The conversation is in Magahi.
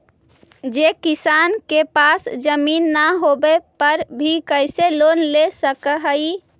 जे किसान के पास जमीन न होवे पर भी कैसे लोन ले सक हइ?